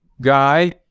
guy